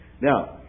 Now